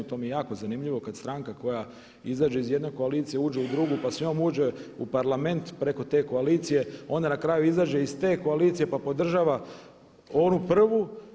To mi je jako zanimljivo kad stranka koja izađe iz jedne koalicije uđe u drugu, pa s njom uđe u Parlament preko te koalicije i onda na kraju izađe iz te koalicije pa podržava onu prvu.